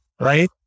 right